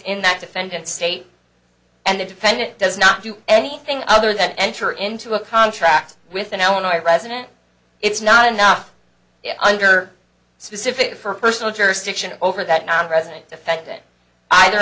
in that defendant's state and the defendant does not do anything other than enter into a contract with an illinois resident it's not enough under specific for personal jurisdiction over that nonresident defected either